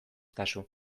kasu